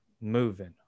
moving